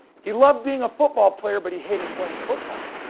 he loved being a football player, but he hated playing football.